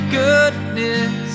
goodness